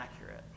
accurate